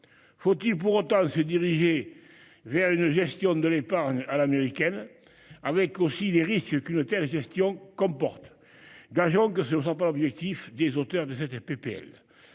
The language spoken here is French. Faut-il pour autant se diriger vers une gestion de l'épargne à l'américaine, avec aussi les risques qu'une telle gestion comporte. Gageons que ce ne sont pas l'objectif des auteurs de cette PPL.